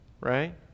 Right